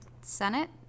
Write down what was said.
Senate